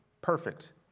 perfect